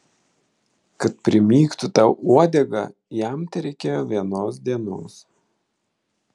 kad primygtų tau uodegą jam tereikėjo vienos dienos